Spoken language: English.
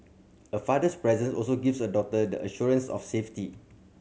a father's presence also gives a daughter the assurance of safety